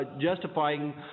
justifying